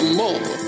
more